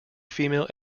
female